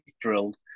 drilled